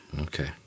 okay